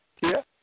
Tia